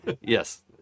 yes